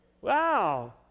Wow